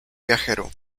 viajero